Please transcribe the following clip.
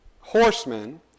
horsemen